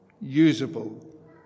usable